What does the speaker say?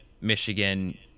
Michigan